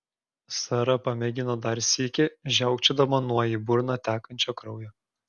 sara pamėgino dar sykį žiaukčiodama nuo į burną tekančio kraujo